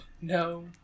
no